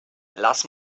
lass